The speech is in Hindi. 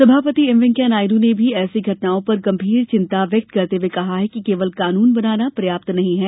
सभापति एम वेंकैया नायडू ने भी ऐसी घटनाओं पर गंभीर चिंता व्यक्त करते हए कहा कि केवल कानुन बनाना पर्याप्त नहीं है